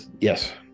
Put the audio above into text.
Yes